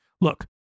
Look